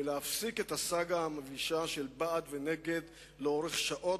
ולהפסיק את הסאגה המבישה של בעד ונגד לאורך שעות,